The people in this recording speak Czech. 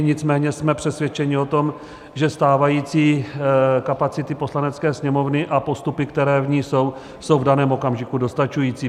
Nicméně jsme přesvědčeni o tom, že stávající kapacity Poslanecké sněmovny a postupy, které v ní jsou, jsou v daném okamžiku dostačující.